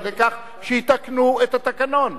על-ידי כך שיתקנו את התקנון,